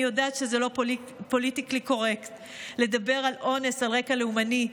אני יודעת שזה לא פוליטיקלי קורקט לדבר על אונס על רקע לאומני.